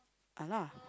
ah lah